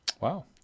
Wow